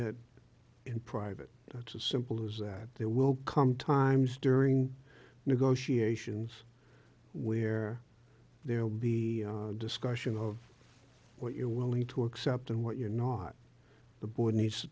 it in private and it's as simple as that there will come times during negotiations where there will be discussion of what you're willing to accept and what you're not the board needs to